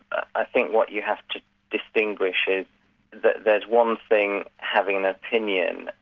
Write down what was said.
i think what you have to distinguish is that there's one thing having an opinion,